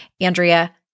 Andrea